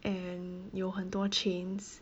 and 有很多 chains